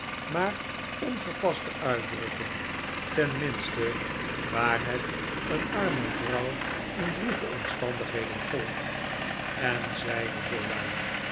maar ongepaste uitdrukking ten minste waar het een arme vrouw in droeve omstandigheden gold en zeide zoowaar